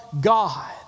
God